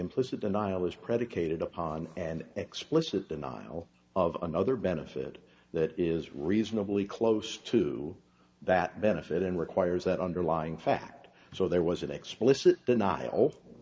implicit denial is predicated upon an explicit denial of another benefit that is reasonably close to that benefit in requires that underlying fact so there was an explicit